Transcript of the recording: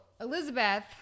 Elizabeth